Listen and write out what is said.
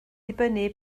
dibynnu